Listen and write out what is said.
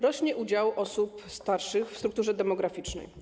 Rośnie udział osób starszych w strukturze demograficznej.